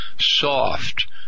soft